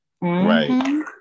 Right